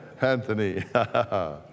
Anthony